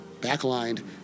backlined